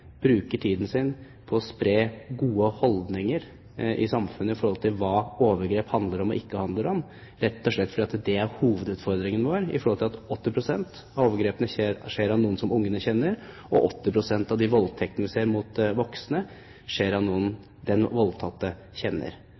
bruker tiden sin på å spre gode holdninger i samfunnet om hva overgrep handler om og ikke handler om, rett og slett fordi hovedutfordringen vår er at 80 pst. av overgrepene begås av noen som barna kjenner, og at 80 pst. av de voldtektene som skjer mot voksne, begås av noen den voldtatte kjenner.